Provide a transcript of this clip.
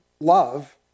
love